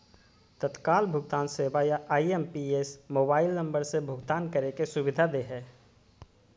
तत्काल भुगतान सेवा या आई.एम.पी.एस मोबाइल नम्बर से भुगतान करे के सुविधा दे हय